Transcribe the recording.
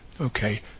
okay